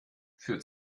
für